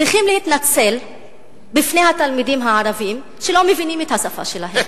צריכים להתנצל בפני התלמידים הערבים שלא מבינים את השפה שלהם.